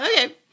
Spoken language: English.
Okay